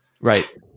Right